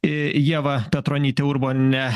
į ieva petronytė urbonė